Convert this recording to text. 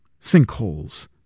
Sinkholes